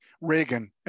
Reagan